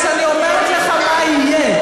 אז אני אומרת לך מה יהיה,